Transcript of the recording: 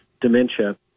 dementia